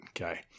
Okay